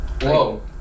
Whoa